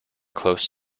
close